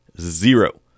Zero